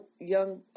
young